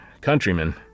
countrymen